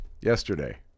yesterday